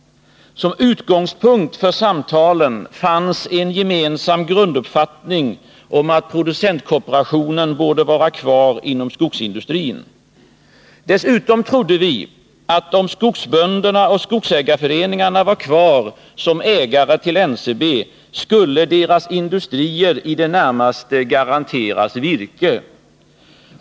Som utgångspunkt för samtalen fanns en gemensam grunduppfattning om att producentkooperationen borde vara kvar inom skogsindustrin. Dessutom trodde vi att om skogsbönderna och skogsägarföreningarna var kvar som ägare till NCB, skulle deras industrier i det närmaste garanteras virke.